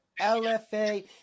LFA